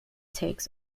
takes